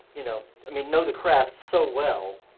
you know, i mean, know the craft so well.